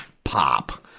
pop!